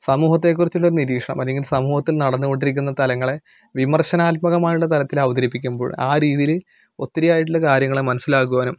സമൂഹത്തെ കുറിച്ചുള്ള നിരീഷണം അല്ലെങ്കിൽ സമൂഹത്തിൽ നടന്നുകൊണ്ടിരിക്കുന്ന തലങ്ങളെ വിമർശനാത്മകമായുള്ള തലത്തിൽ അവതരിപ്പിക്കുമ്പോൾ ആ രീതിയിൽ ഒത്തിരിയായിട്ടുള്ള കാര്യങ്ങളെ മനസ്സിലാക്കുവാനും